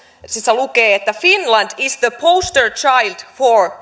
lukee finland is the poster child for